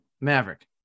Maverick